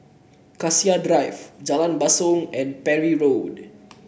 Cassia Drive Jalan Basong and Parry Road